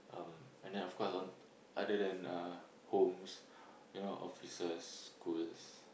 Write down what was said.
um at night of course I want other than uh homes you know offices schools